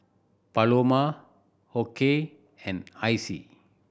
Paloma Okey and Icy